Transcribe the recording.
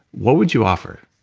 what would you offer?